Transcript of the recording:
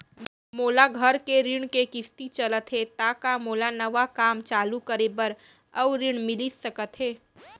मोर घर के ऋण के किसती चलत हे ता का मोला नवा काम चालू करे बर अऊ ऋण मिलिस सकत हे?